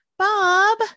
Bob